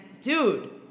dude